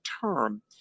term